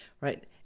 right